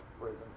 prison